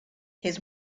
his